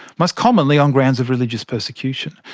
most commonly on grounds of religious persecution.